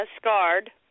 Scarred